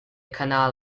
canal